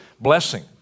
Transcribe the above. blessing